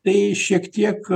tai šiek tiek